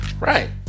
Right